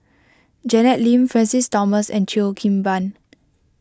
Janet Lim Francis Thomas and Cheo Kim Ban